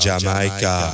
¡Jamaica